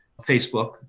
Facebook